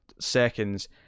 seconds